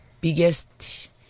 biggest